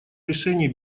решении